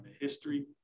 history